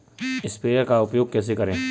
Sprayer का उपयोग कैसे करें?